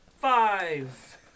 five